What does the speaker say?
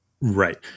Right